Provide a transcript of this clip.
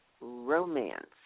romance